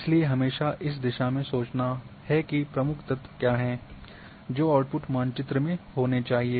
इसलिए हमेशा इस दिशा में सोचना है कि प्रमुख तत्व क्या हैं जो आउट्पुट मानचित्र में होने चाहिए